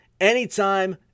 anytime